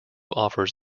offers